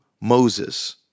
Moses